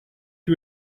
you